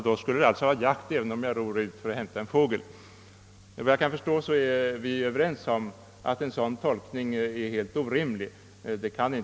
Då skulle det alltså vara jakt även om man ror ut för att hämta en fågel. — Enligt vad jag kan förstå är vi överens om att en sådan tolkning är helt orimlig.